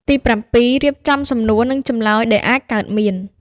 ទីប្រាំពីរ រៀបចំសំណួរ និងចម្លើយដែលអាចកើតមាន។